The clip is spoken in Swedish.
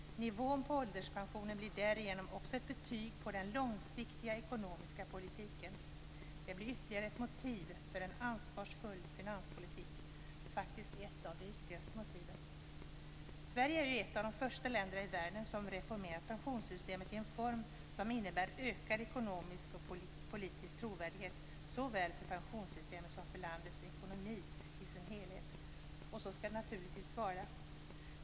Nivån på ålderspensionen blir därigenom också ett betyg på den långsiktiga ekonomiska politiken. Det blir ytterligare ett motiv för en ansvarsfull finanspolitik - faktiskt ett av de viktigaste motiven. Sverige är ju ett av de första länder i världen som har reformerat pensionssystemet i en form som innebär ökad ekonomisk och politisk trovärdighet såväl för pensionssystemet som för landets ekonomi i dess helhet. Så skall det naturligtvis vara.